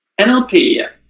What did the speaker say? NLP